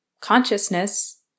consciousness